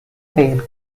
del